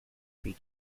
three